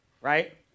right